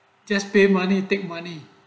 just pay money take money